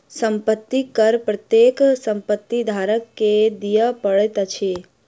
संपत्ति कर प्रत्येक संपत्ति धारक के दिअ पड़ैत अछि